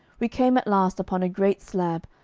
we came at last upon a great slab,